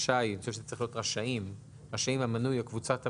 רשאים המנוי או קבוצת המנויים,